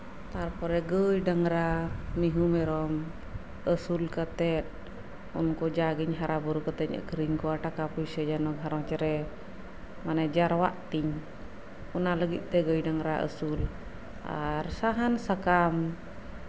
ᱛᱟᱨᱯᱚᱨᱮ ᱜᱟᱹᱭ ᱰᱟᱝᱨᱟ ᱢᱤᱦᱩ ᱢᱮᱨᱚᱢ ᱟᱹᱥᱩᱞ ᱠᱟᱛᱮᱫ ᱩᱱᱠᱩ ᱡᱟᱜᱤᱧ ᱦᱟᱨᱟ ᱵᱩᱨᱩᱜ ᱠᱟᱛᱮᱫ ᱟᱹᱠᱷᱨᱤᱧ ᱠᱚᱣᱟ ᱴᱟᱠᱟ ᱯᱚᱭᱥᱟ ᱡᱮᱱᱚ ᱜᱷᱟᱸᱨᱚᱧᱡᱽ ᱨᱮ ᱢᱟᱱᱮ ᱡᱟᱨᱣᱟᱜ ᱛᱤᱧ ᱚᱱᱟ ᱞᱟᱹᱜᱤᱫᱛᱮ ᱜᱟᱹᱭ ᱰᱟᱝᱨᱟ ᱟᱹᱥᱩᱞ ᱟᱨ ᱥᱟᱦᱟᱱ ᱥᱟᱠᱟᱢ